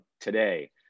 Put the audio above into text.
today